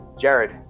Jared